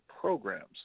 programs